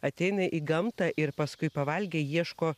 ateina į gamtą ir paskui pavalgę ieško